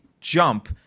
jump